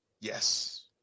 Yes